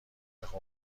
امدبه